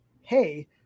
Hey